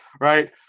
right